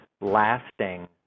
lasting